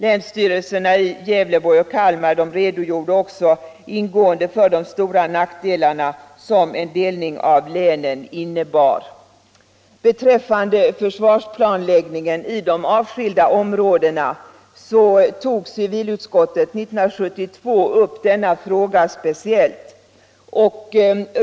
Länsstyrelserna i Gävleborg och Kalmar redogjorde också ingående för de stora nackdelar som en delning av länen innebar. Frågar om försvarsplanläggningen i de avskilda områdena tog civilutskottet upp speciellt 1972.